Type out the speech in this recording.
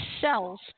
cells